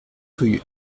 rue